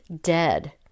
dead